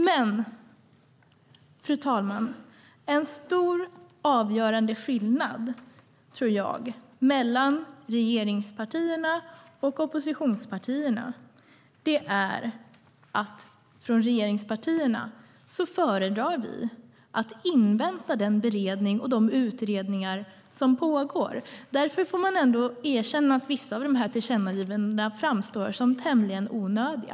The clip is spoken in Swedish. Men, fru talman, en stor, avgörande skillnad mellan regeringspartierna och oppositionspartierna tror jag är att vi från regeringspartierna föredrar att invänta den beredning och de utredningar som pågår. Man får därför erkänna att vissa av tillkännagivandena framstår som tämligen onödiga.